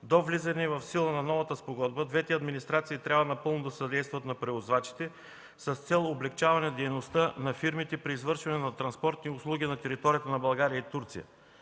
До влизането в сила на новата спогодба двете администрации трябва напълно да съдействат на превозвачите с цел облекчаване дейността на фирмите при извършване на транспортни услуги на територията на България и Турция.